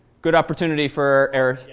good opportunity for error?